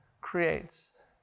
creates